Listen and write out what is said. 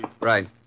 Right